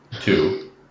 Two